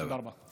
תודה רבה.